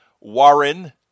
Warren